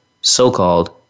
so-called